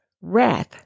wrath